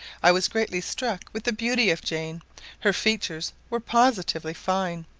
i was greatly struck with the beauty of jane her features were positively fine,